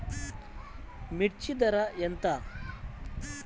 మిర్చి ధర ఎంత?